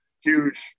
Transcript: huge